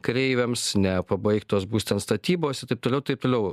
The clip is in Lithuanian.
kareiviams nepabaigtos būtent statybos ir taip toliau taip toliau